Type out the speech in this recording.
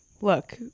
Look